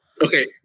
okay